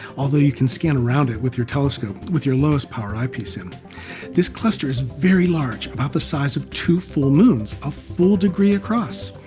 although you can scan around it with your telescope with your lowest power eyepiece. um this cluster is very large about the size of two full moons a full degree across.